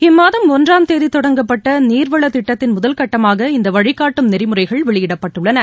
இம்மாதம் ஒன்றாம் தேதி தொடங்கப்பட்ட நீர்வள திட்டத்தின் முதல்கட்டமாக இந்த வழிகாட்டும் நெறிமுறைகள் வெளியிடப்பட்டுள்ளன